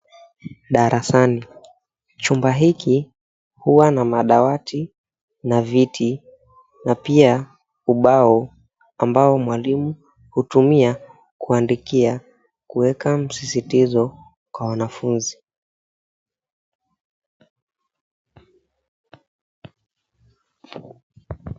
Darasani, chumba hiki huwa na madawati na viti na pia ubao ambao mwalimu hutumia kuandikia kuweka msisitizo kwa wanafunzi.